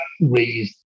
raised